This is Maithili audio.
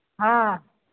हँ